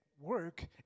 work